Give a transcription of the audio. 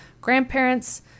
grandparents